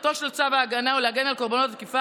מטרתו של צו ההגנה היא להגן על קורבנות תקיפה,